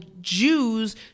Jews